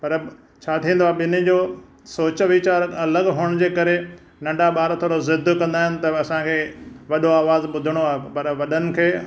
पर छा थींदो आहे त ॿिन्ही जो सोच विचारु अलॻि हुअणु जे करे नंढा ॿार थोरो ज़िदु कंदा आहिनि त असांखे वॾो आवाज़ु ॿुधणो आहे पर वॾनि खे